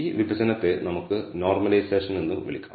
ഈ വിഭജനത്തെ നമുക്ക് നോർമലൈസേഷൻ എന്ന് വിളിക്കാം